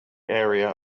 area